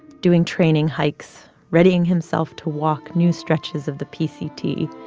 doing training hikes, readying himself to walk new stretches of the pct,